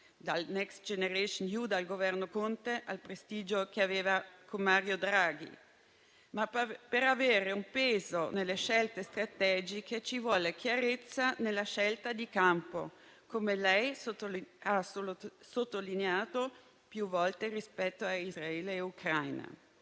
(dal Next generation EU del Governo Conte al prestigio che aveva con Mario Draghi), ma per avere un peso nelle scelte strategiche occorre chiarezza nella scelta di campo, come lei ha sottolineato più volte, rispetto a Israele e Ucraina.